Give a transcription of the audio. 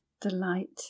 delight